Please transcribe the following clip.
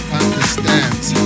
understands